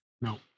No